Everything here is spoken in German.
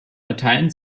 latein